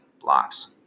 blocks